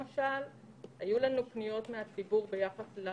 פניות מסוג אחר